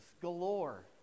galore